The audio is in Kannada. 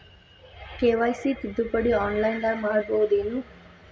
ಕೆ.ವೈ.ಸಿ ತಿದ್ದುಪಡಿ ಆನ್ಲೈನದಾಗ್ ಮಾಡ್ಬಹುದೇನು?